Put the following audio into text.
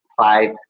five